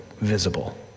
visible